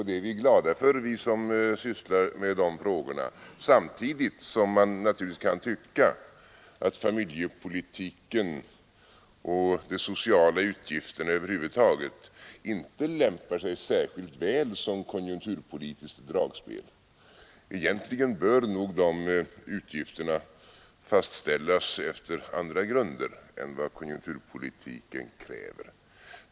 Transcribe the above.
Det är vi som sysslar med dessa frågor glada för, samtidigt som vi naturligtvis kan tycka att familjepolitiken och de sociala utgifterna över huvud taget inte lämpar sig särskilt väl som konjunkturpolitiskt dragspel. Egentligen bör nog dessa utgifter fastställas efter andra grunder än konjunkturpolitiken kräver.